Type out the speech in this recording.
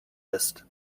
list